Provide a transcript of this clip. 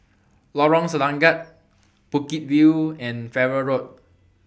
Lorong Selangat Bukit View and Farrer Road